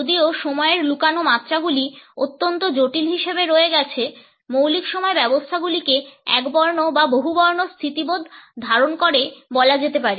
যদিও সময়ের লুকানো মাত্রাগুলি অত্যন্ত জটিল হিসাবে রয়ে গেছে মৌলিক সময় ব্যবস্থাগুলিকে একবর্ণ বা বহুবর্ণ স্থিতিবোধ ধারণ করে বলা যেতে পারে